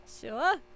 Sure